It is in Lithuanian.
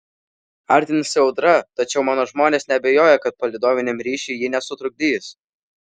artinasi audra tačiau mano žmonės neabejoja kad palydoviniam ryšiui ji nesutrukdys